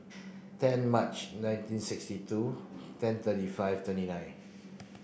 ten March nineteen sixty two ten thirty five twenty nine